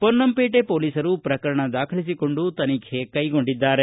ಪೊನ್ನಂಪೇಟೆ ಪೊಲೀಸರು ಪ್ರಕರಣ ದಾಖಲಿಸಿಕೊಂಡು ತನಿಖೆ ಕೈಗೊಂಡಿದ್ದಾರೆ